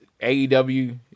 AEW